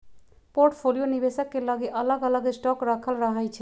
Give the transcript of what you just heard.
portfolio निवेशक के लगे अलग अलग स्टॉक राखल रहै छइ